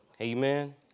Amen